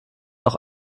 auch